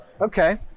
Okay